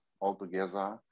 altogether